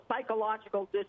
psychological